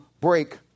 break